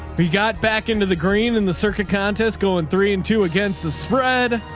he got back into the green and the circuit contest going three and two against the spread.